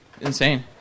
insane